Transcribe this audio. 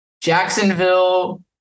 Jacksonville